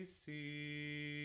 see